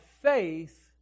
faith